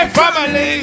family